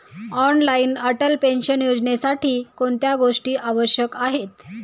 Online Atal pension योजनेसाठी कोणत्या गोष्टी आवश्यक आहेत?